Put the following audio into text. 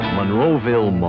Monroeville